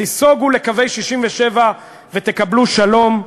תיסוגו לקווי 67', ותקבלו שלום.